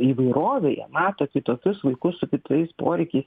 įvairovėje mato kitokius vaikus su kitais poreikiais